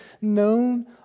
known